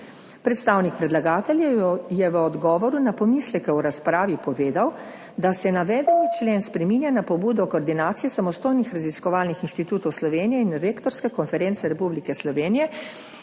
Predstavnik predlagatelja je v odgovoru na pomisleke v razpravi povedal, da se navedeni člen spreminja na pobudo Koordinacije samostojnih raziskovalnih inštitutov Slovenije in Rektorske konference Republike Slovenije,